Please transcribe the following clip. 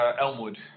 Elmwood